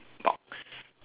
box